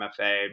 MFA